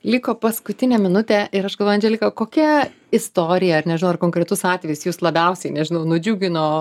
liko paskutinė minutė ir aš galvoju andželika kokia istorija ar nežinau ar konkretus atvejis jus labiausiai nežinau nudžiugino